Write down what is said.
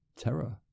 terror